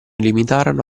limitarono